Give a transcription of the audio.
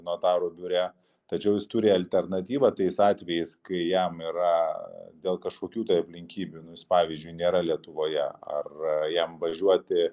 notarų biure tačiau jis turi alternatyvą tais atvejais kai jam yra dėl kažkokių tai aplinkybių jis pavyzdžiui nėra lietuvoje ar jam važiuoti